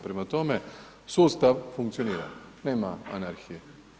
Prema tome, sustav funkcionira, nema anarhije.